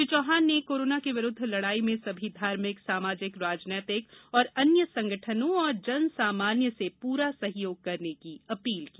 श्री चौहान ने कोरोना के विरुद्ध लड़ाई में सभी धार्मिक सामाजिक राजनैतिक तथा अन्य संगठनों एवं जन सामान्य से पूरा सहयोग करने की अपील की